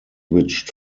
which